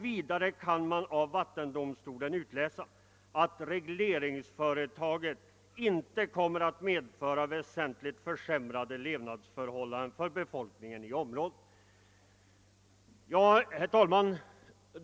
Vidare kan man av vattendomstolen utläsa att regleringsföretaget inte kommer att medföra väsentligt försämrade levnadsförhållanden för befolkningen i området. Herr talman!